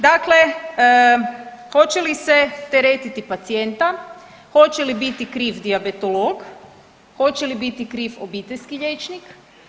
Dakle, hoće li se teretiti pacijenta, hoće li biti kriv dijabetolog, hoće li biti kriv obiteljski liječnik?